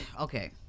okay